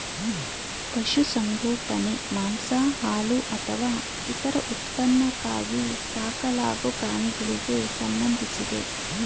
ಪಶುಸಂಗೋಪನೆ ಮಾಂಸ ಹಾಲು ಅಥವಾ ಇತರ ಉತ್ಪನ್ನಕ್ಕಾಗಿ ಸಾಕಲಾಗೊ ಪ್ರಾಣಿಗಳಿಗೆ ಸಂಬಂಧಿಸಿದೆ